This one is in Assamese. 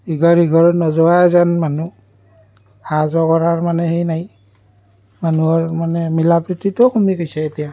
ইঘৰ সিঘৰত নোযোৱাই যেন মানুহ অহা যোৱা কৰাৰ মানে সেই নাই মানুহৰ মানে মিলা প্ৰীতিটোও কমি গৈছে এতিয়া